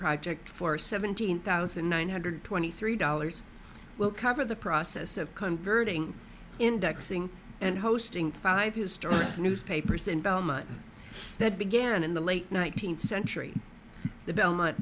project for seventeen thousand nine hundred twenty three dollars will cover the process of converting indexing and hosting five historic newspapers in belmar that began in the late nineteenth century the belmont